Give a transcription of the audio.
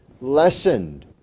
lessened